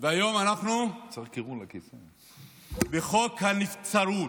והיום אנחנו בחוק הנבצרות,